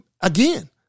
again